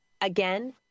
Again